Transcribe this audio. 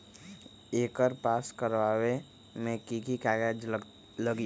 एकर पास करवावे मे की की कागज लगी?